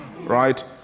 right